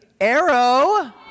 Arrow